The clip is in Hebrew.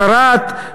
שרת,